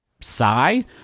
sigh